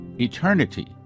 Eternity